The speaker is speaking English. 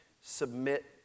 submit